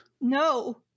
No